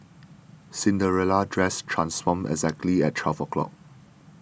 Cinderella's dress transformed exactly at twelve o'clock